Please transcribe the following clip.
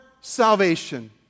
salvation